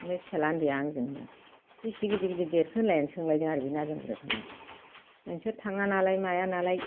ओमफ्राय फिसाज्ला उन्दैआ आंजोंनो बिसि गिदिर गिदिर देरखो होननानै सोंलायदों आरो बे नारजां बुरियाव थांनायाव नोंसोर थाङा नालाय माया नालाय